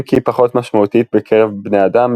אם כי פחות משמעותית בקרב בני אדם,